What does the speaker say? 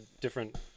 different